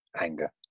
anger